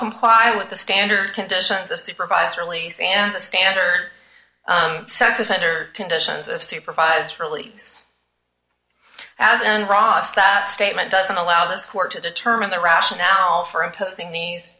comply with the standard conditions of supervised release and the standard sex offender conditions of supervised release as and ross that statement doesn't allow this court to determine the rationale for imposing these